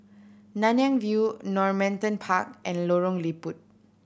Nanyang View Normanton Park and Lorong Liput